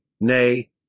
nay